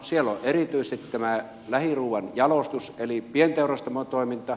siellä on erityisesti lähiruuan jalostus eli pienteurastamotoiminta